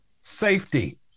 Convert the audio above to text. safety